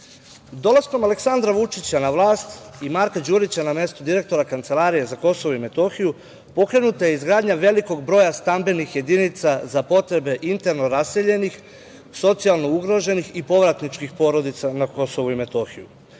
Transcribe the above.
Aleksandra Vučića na vlast i Marka Đurića na mesto direktora Kancelarije za Kosovo i Metohiju, pokrenuta je izgradnja velikog broja stambenih jedinca za potrebe interno raseljenih, socijalno ugroženi i povratničkih porodica na Kosovo i Metohiju.U